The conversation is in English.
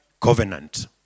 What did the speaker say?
covenant